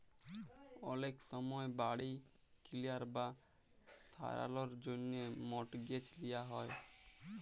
অলেক সময় বাড়ি কিলার বা সারালর জ্যনহে মর্টগেজ লিয়া হ্যয়